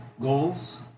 goals